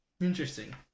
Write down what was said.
interesting